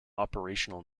operational